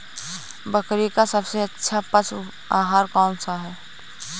बकरी का सबसे अच्छा पशु आहार कौन सा है?